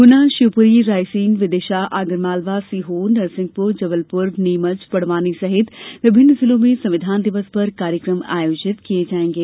गुना शिवपुरी रायसेन विदिशा आगरमालवा सीहोर नरसिंहपुर जबलपुर नीमच बड़वानी सहित विभिन्न जिलों में संविधान दिवस पर कार्यक्रम आयोजित किये जायेंगे